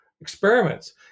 experiments